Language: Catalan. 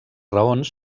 raons